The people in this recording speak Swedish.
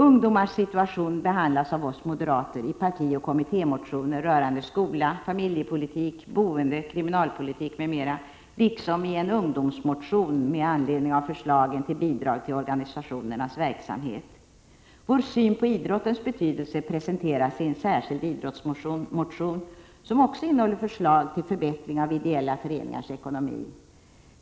Ungdomars situation behandlas av oss moderater i partioch kommittémotioner rörande skola, familjepolitik, boende, kriminalpolitik m.m., liksom i en ”ungdomsmotion” med anledning av förslagen till bidrag till organisationernas verksamhet. Vår syn på idrottens betydelse presenteras i en särskild ”idrottsmotion”, som också innehåller förslag till förbättring av ideella föreningars ekonomi.